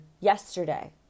yesterday